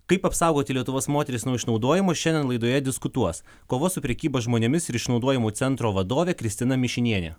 kaip apsaugoti lietuvos moteris nuo išnaudojimų šiandien laidoje diskutuos kovos su prekyba žmonėmis ir išnaudojimu centro vadovė kristina mišinienė